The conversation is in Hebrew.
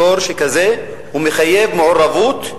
בתור שכזה הוא מחייב מעורבות,